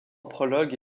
prologue